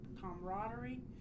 camaraderie